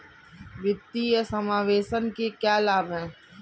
वित्तीय समावेशन के क्या लाभ हैं?